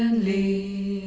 li.